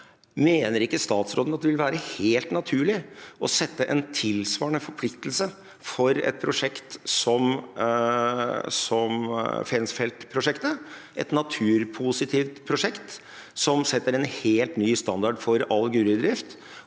Mener ikke statsråden at det vil være helt naturlig å sette en tilsvarende forpliktelse for et prosjekt som Fensfeltet-prosjektet – et naturpositivt prosjekt som setter en helt ny standard for all gruvedrift,